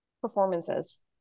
performances